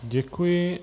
Děkuji.